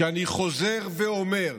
אני חוזר ואומר